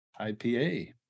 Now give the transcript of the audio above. IPA